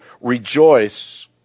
rejoice